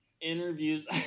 interviews